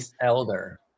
elder